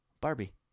Barbie